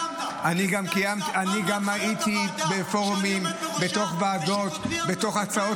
אנחנו מקום אחרון בכל הטיפול בתאונות דרכים.